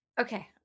Okay